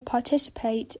participate